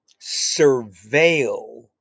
surveil